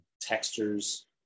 textures